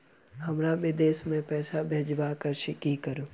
हमरा विदेश मे पैसा भेजबाक अछि की करू?